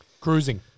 Cruising